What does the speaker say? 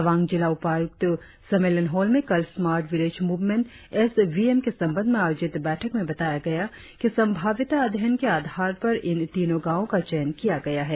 तवांग जिला उपायुक्त सम्मेलन हॉल में कल smart village movement S V M के संबंध में आयोजित बैठक में बताया गया कि सभाव्यता अध्ययन के आधार पर इन तीनों गांवों का चयन किया गया है